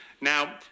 Now